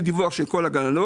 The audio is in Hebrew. יהיה לי דיווח של כל הגנות,